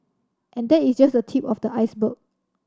and that is just the tip of the iceberg